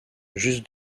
juste